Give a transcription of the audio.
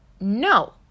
No